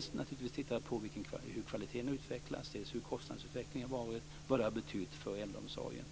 ska dels titta på hur kvaliteten har utvecklats, dels hur kostnadsutvecklingen har varit och dels vad det har betytt för äldreomsorgen.